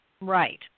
Right